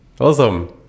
Awesome